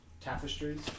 tapestries